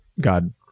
God